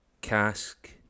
cask